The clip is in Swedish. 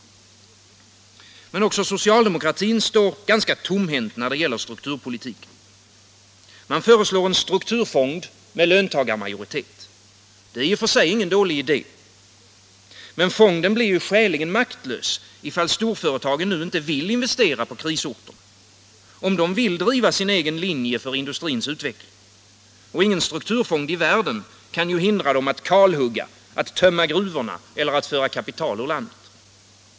Också socialdemokratin står tomhänt när det gäller strukturpolitiken. Man föreslår en strukturfond med löntagarmajoritet. Det är i och för sig ingen dålig idé. Men fonden blir ju skäligen maktlös ifall storföretagen inte vill investera på krisorterna, eller om de vill driva sin egen linje för industrins utveckling. Och ingen strukturfond i världen kan ju hindra storföretagen att kalhugga, tömma gruvorna eller föra ut kapital.